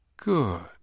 Good